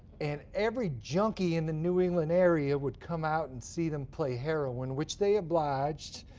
and every junkie in the new england area would come out and see them play heroin, which they obliged.